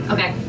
Okay